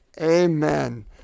amen